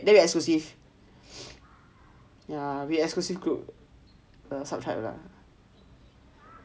exclusive yeah we exclusive group subtribe lah